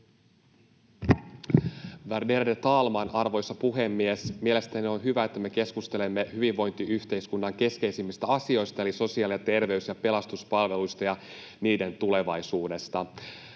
Värderade talman, arvoisa puhemies! Mielestäni on hyvä, että me keskustelemme hyvinvointiyhteiskunnan keskeisimmistä asioista eli sosiaali- ja terveys- ja pelastuspalveluista ja niiden tulevaisuudesta.